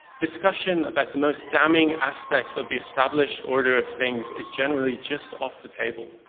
discussion about the most damning aspects of the established order of things is generally just off the table.